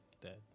dead